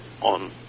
on